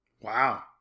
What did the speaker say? Wow